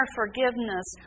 forgiveness